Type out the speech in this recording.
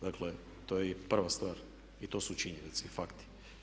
Dakle, to je i prva stvar i to su činjenice i fakti.